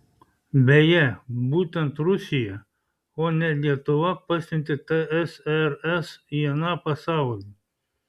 beje būtent rusija o ne lietuva pasiuntė tsrs į aną pasaulį